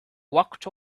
walked